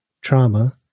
trauma